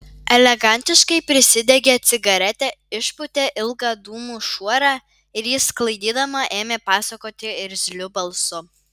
elegantiškai prisidegė cigaretę išpūtė ilgą dūmų šuorą ir jį sklaidydama ėmė pasakoti irzliu balsu